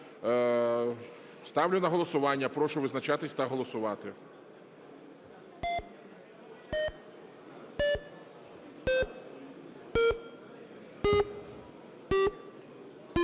Ставлю на голосування. Прошу визначатись та голосувати.